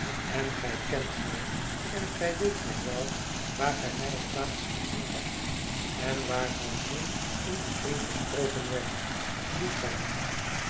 en gij kent mij en gij weet nog wel waar gij mij het laatst gezien hebt en waarvan toen in dien kring gesproken werd doet gij niet